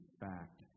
fact